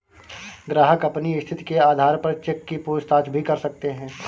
ग्राहक अपनी स्थिति के आधार पर चेक की पूछताछ भी कर सकते हैं